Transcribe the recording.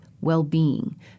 well-being